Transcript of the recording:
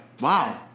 wow